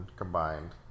combined